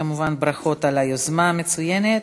כמובן, ברכות על היוזמה המצוינת.